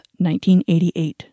1988